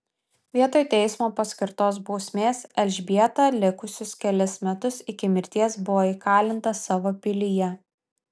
vietoj teismo paskirtos bausmės elžbieta likusius kelis metus iki mirties buvo įkalinta savo pilyje